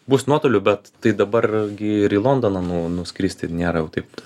bus nuotoliu bet tai dabar gi ir į londoną nu nuskristi nėra jau taip